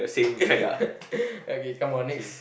okay come on next